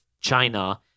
China